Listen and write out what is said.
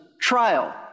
trial